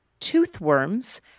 Toothworms